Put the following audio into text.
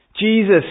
Jesus